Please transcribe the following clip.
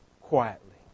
quietly